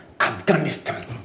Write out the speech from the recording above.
Afghanistan